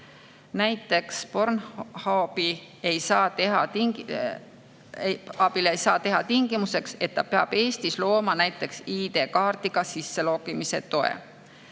Näiteks Pornhubile ei saa teha tingimuseks, et ta peab Eestis looma ID-kaardiga sisselogimise toe.